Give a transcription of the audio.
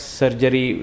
surgery